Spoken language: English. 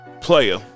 Player